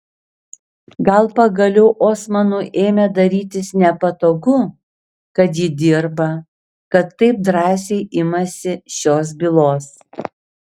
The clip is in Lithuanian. gal pagaliau osmanui ėmė darytis nepatogu kad ji dirba kad taip drąsiai imasi šios bylos